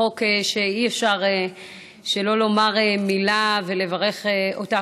חוק שאי-אפשר שלא לומר מילה ולברך אותך,